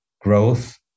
growth